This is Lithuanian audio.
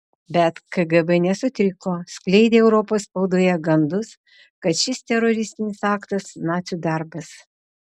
bet kgb nesutriko skleidė europos spaudoje gandus kad šis teroristinis aktas nacių darbas